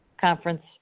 conference